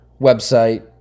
website